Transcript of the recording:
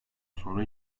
sonra